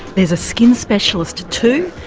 there's a skin specialist too,